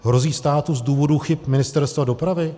Hrozí státu z důvodu chyb Ministerstva dopravy?